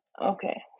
Okay